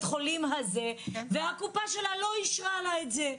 החולים הזה והקופה שלה לא אישרה לה את זה,